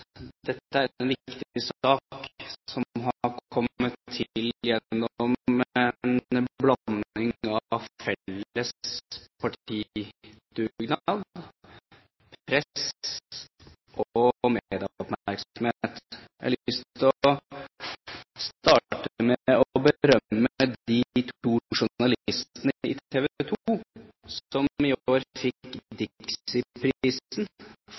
Dette er en viktig sak som har kommet til gjennom en blanding av felles partidugnad, press og medieoppmerksomhet. Jeg har lyst til å starte med å berømme de to journalistene i TV 2 som i år fikk